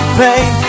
pain